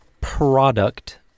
product